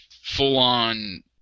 full-on